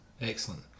Excellent